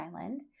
Island